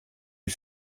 die